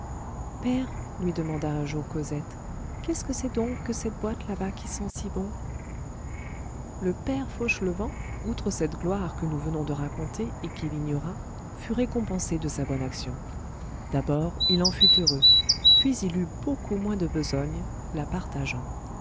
père lui demanda un jour cosette qu'est-ce que c'est donc que cette boîte là qui sent si bon le père fauchelevent outre cette gloire que nous venons de raconter et qu'il ignora fut récompensé de sa bonne action d'abord il en fut heureux puis il eut beaucoup moins de besogne la partageant